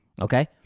Okay